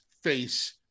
face